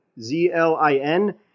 Z-L-I-N